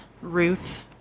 Ruth